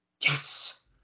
Yes